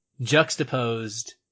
juxtaposed